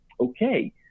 okay